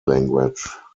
language